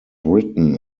written